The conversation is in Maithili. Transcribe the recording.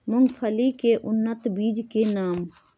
मूंगफली के उन्नत बीज के नाम?